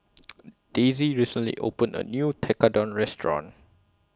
Daisy recently opened A New Tekkadon Restaurant